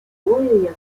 водою